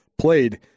played